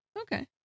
Okay